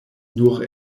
nur